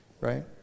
right